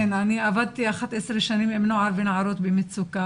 כן, אני עבדתי 11 שנים עם נוער ונערות במצוקה.